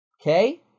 Okay